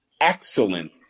excellent